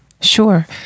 Sure